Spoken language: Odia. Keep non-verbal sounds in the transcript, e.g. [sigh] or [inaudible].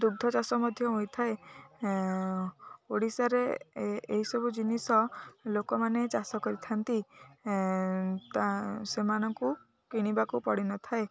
ଦୁଗ୍ଧ ଚାଷ ମଧ୍ୟ ହୋଇଥାଏ ଓଡ଼ିଶାରେ ଏ ଏହିସବୁ ଜିନିଷ ଲୋକମାନେ ଚାଷ କରିଥାନ୍ତି [unintelligible] ସେମାନଙ୍କୁ କିଣିବାକୁ ପଡ଼ି ନଥାଏ